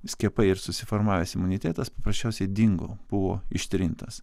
skiepai ir susiformavęs imunitetas paprasčiausiai dingo buvo ištrintas